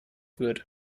wird